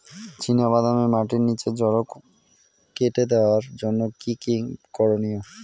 চিনা বাদামে মাটির নিচে জড় কেটে দেওয়ার জন্য কি কী করনীয়?